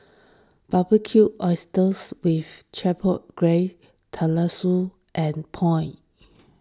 Barbecued Oysters with Chipotle Glaze Tenmusu and Pho